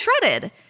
shredded